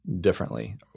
differently